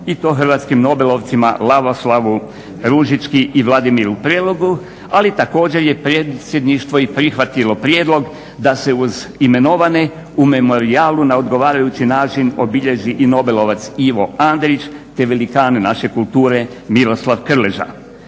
i to hrvatskim nobelovcima Lavoslavu Ružički i Vladimiru Prelogu ali također je predsjedništvo prihvatilo prijedlog da se uz imenovane u memorijalu na odgovarajući način obilježi i nobelovac Ivo Andrić te velikan naše kulture Miroslav Krleža.